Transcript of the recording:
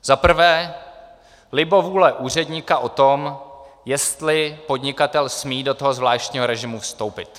Zaprvé libovůle úředníka o tom, jestli podnikatel smí do toho zvláštního režimu vstoupit.